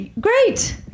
Great